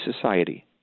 society